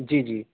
جی جی